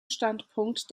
standpunkt